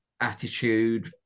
attitude